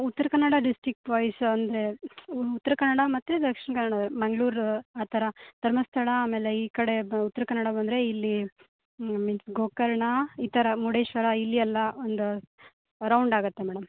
ಉತ್ರ ಕನ್ನಡ ಡಿಸ್ಟಿಕ್ಟ್ವೈಸ್ ಅಂದರೆ ಉತ್ರ ಕನ್ನಡ ಮತ್ತು ದಕ್ಷಿಣ ಕನ್ನಡ ಮಂಗ್ಳೂರು ಆ ಥರ ಧರ್ಮಸ್ಥಳ ಆಮೇಲೆ ಈ ಕಡೆ ಉತ್ರ ಕನ್ನಡ ಬಂದರೆ ಇಲ್ಲಿ ಮೀನ್ಸ್ ಗೋಕರ್ಣ ಈ ಥರ ಮುರುಡೇಶ್ವರ ಇಲ್ಲಿ ಎಲ್ಲ ಒಂದು ರೌಂಡ್ ಆಗುತ್ತೆ ಮೇಡಮ್